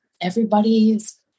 everybody's